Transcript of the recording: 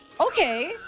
okay